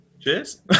Cheers